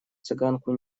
цыганку